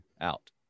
out